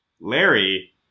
Larry